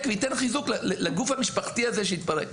וייתן חיזוק לגוף המשפחתי הזה שהתפרק,